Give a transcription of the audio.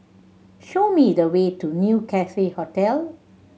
show me the way to New Cathay Hotel